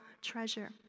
treasure